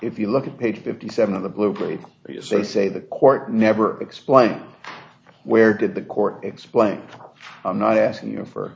if you look at page fifty seven of the blue plate because they say the court never explained where did the court explain i'm not asking you for